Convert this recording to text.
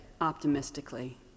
optimistically